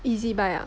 Ezbuy ah